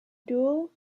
dual